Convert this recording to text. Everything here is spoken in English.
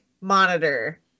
monitor